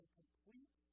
complete